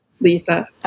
Lisa